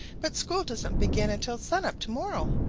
but school doesn't begin until sun-up to-morrow,